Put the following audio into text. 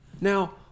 Now